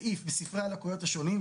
סעיף בספרי הלקויות השונים,